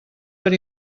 per